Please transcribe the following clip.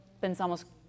pensamos